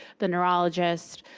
the neurologist,